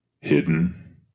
hidden